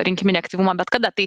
rinkiminį aktyvumą bet kada tai